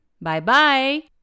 Bye-bye